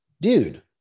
Dude